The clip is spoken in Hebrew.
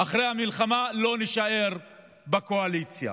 אחרי המלחמה לא נישאר בקואליציה.